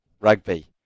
rugby